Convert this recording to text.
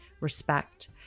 respect